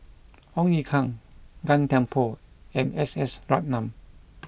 Ong Ye Kung Gan Thiam Poh and S S Ratnam